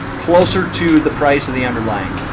closer to the price of the underlying.